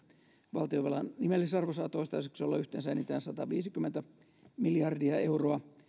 valtionvelan nimellisarvo saa toistaiseksi olla yhteensä enintään sataviisikymmentä miljardia euroa